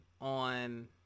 on